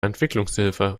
entwicklungshilfe